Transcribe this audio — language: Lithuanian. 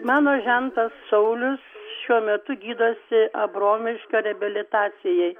mano žentas saulius šiuo metu gydosi abromiškio reabilitacijoj